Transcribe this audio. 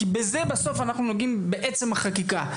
כי בו אנחנו נוגעים בעצם החקיקה.